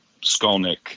Skolnick